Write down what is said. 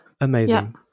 Amazing